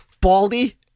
Baldy